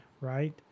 right